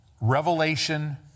Revelation